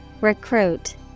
Recruit